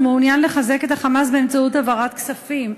שהוא מעוניין לחזק את ה"חמאס" באמצעות העברת כספים.